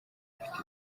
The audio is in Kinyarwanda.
ifite